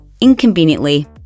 inconveniently